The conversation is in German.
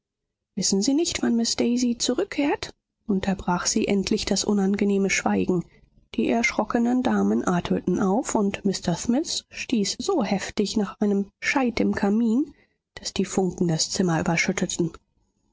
wissen sie nicht wann miß daisy zurückkehrt unterbrach sie endlich das unangenehme schweigen die erschrockenen damen atmeten auf und mr smith stieß so heftig nach einem scheit im kamin daß die funken das zimmer überschütteten